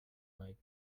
might